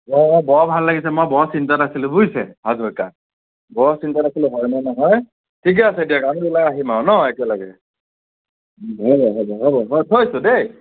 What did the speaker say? হয় হয় বৰ ভাল লাগিছে মই বৰ চিন্তাত আছিলোঁ বুজিছে হাজৰিকা বৰ চিন্তাত আছিলোঁ হয় নে নহয় ঠিকেই আছে দিওক আবেলি ওলাই আহিম আৰু ন একেলগে হ'ব হ'ব হ'ব হয় থৈছোঁ দেই